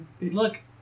Look